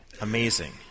amazing